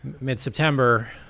mid-September